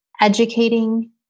educating